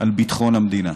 על ביטחון המדינה.